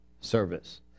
service